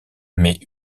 mais